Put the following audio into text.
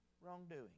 wrongdoing